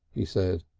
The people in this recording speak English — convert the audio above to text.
he said.